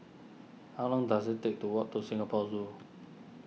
how long dose it take to walk to Singapore Zoo